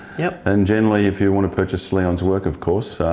yep. and generally if you want to purchase leon's work of course,